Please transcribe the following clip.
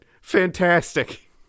Fantastic